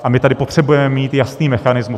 A my tady potřebujeme mít jasný mechanismus.